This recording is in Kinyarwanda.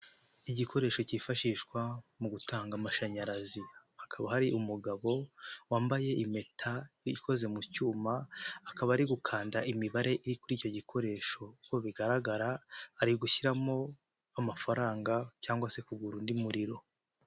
Igikoresho cyifashishwa mu gutanga amashanyarazi. Hakaba hari umugabo wambaye impeta mu cyuma akaba ari gukanda imibare iri kuri icyo gikoresho, uko bigaragara ari gushyiramo amafaranga cyangwa se kugura undi muriro.